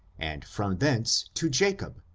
and from thence to jacob,